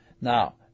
Now